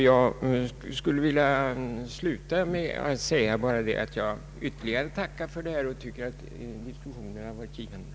Jag vill avsluta mitt anförande med att än en gång tacka statsrådet för svaret. Jag tycker att diskussionen har varit givande.